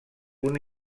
una